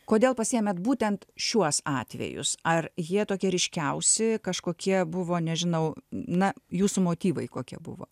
kodėl pasiėmėt būtent šiuos atvejus ar jie tokie ryškiausi kažkokie buvo nežinau na jūsų motyvai kokie buvo